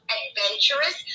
adventurous